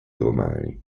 romani